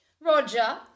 Roger